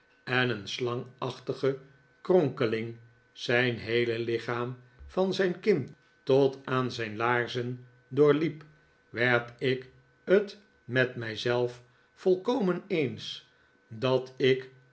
en een slangachtige kronkeling zijn heele lichaam van zijn kin tot aan zijn laarzen doorliep werd ik het met mij zelf volkomen eens dat ik